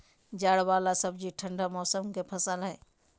जड़ वाला सब्जि ठंडा मौसम के फसल हइ